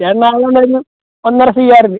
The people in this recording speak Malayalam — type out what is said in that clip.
ചേട്ടനായത് കൊണ്ടൊരു ഒന്നര സി ആറിന്